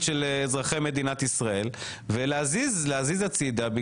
של אזרחי מדינת ישראל ולהזיז הצידה.